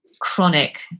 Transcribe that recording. chronic